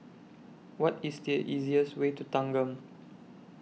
What IS The easiest Way to Thanggam